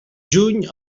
juny